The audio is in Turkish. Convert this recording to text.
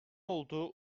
olduğu